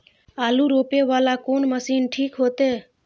आलू रोपे वाला कोन मशीन ठीक होते?